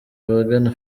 abagana